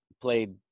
played